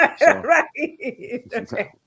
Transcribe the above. right